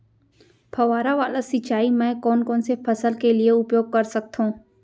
फवारा वाला सिंचाई मैं कोन कोन से फसल के लिए उपयोग कर सकथो?